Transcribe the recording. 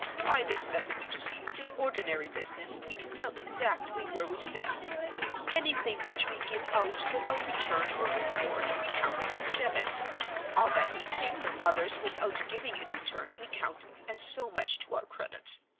by this method, you see, in ordinary business we can tell exactly where we stand anything which we give out without return or reward we count as a debit all that we take from others without giving in return we count as so much to our credit.